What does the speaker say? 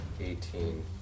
Eighteen